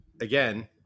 again